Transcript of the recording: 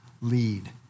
lead